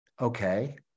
Okay